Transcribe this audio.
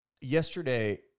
yesterday